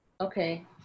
Okay